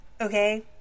okay